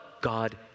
God